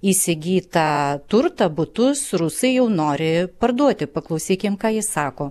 įsigytą turtą butus rusai jau nori parduoti paklausykim ką jis sako